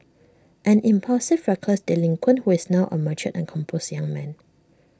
an impulsive reckless delinquent who is now A mature and composed young man